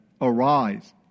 arise